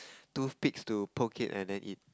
two sticks to poke it and then eat